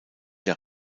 der